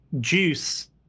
juice